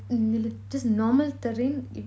uh just normal terrain